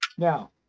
Now